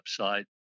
website